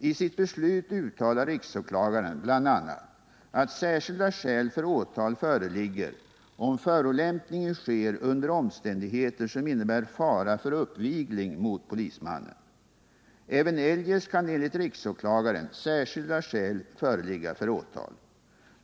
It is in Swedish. I sitt beslut uttalar riksåklagaren bl.a. att särskilda skäl för åtal föreligger om förolämpningen sker under omständigheter som innebär fara för uppvigling mot polismannen. Även eljest kan enligt riksåklagaren särskilda skäl föreligga för åtal.